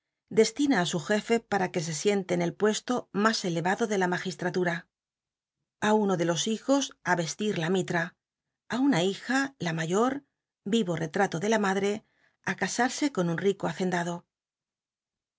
destina i su jefe para que se icnte en el puesto mas cle ado de la magistmlura á uno biblioteca nacional de españa da vid copperfield de los hijos ü re tir la mitra ti una hija la ma or riro retrato de la madre ü casa rse con un rico hacendado en